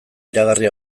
iragarri